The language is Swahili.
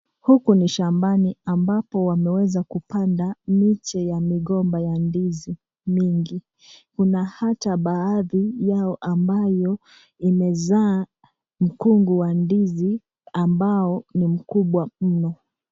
Huku ni shambani ambapo wameweza kupanda miche ya migomba ya ndizi mingi ila hata baadhi yao ambao imezaa mkungu wa ndizi ambao ni mkubwa mno.